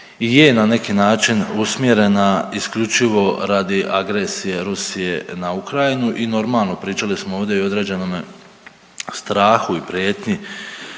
i je na neki način usmjerena isključivo radi agresije Rusije na Ukrajinu i normalno pričali smo ovdje i o određenome strahu i prijetnji